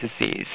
disease